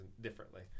differently